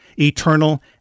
Eternal